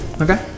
Okay